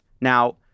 Now